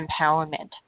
empowerment